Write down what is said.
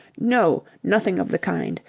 no! nothing of the kind.